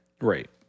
Right